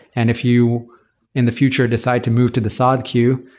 and if you in the future decide to move to the saad queue,